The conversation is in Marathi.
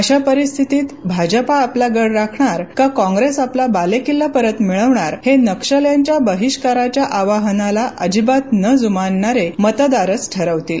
अशा परिस्थितीत भाजपा आपला गड राखणार का काँप्रेस आपला बालेकिल्ला परत मिळवणार हे नक्षल्यांच्या बहिष्काराच्या आवाहनाला अजिबात न ज्मानणारे मतदारच ठरवतील